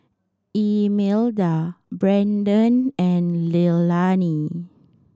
Imelda Braden and Leilani